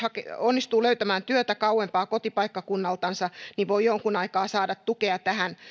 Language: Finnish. onnistuu löytämään työtä kauempaa kotipaikkakunnastansa niin voi jonkun aikaa saada tukea tähän